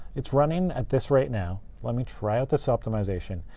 it's running at this rate, now. let me try out this optimization.